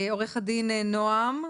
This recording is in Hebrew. עורך דין נעם,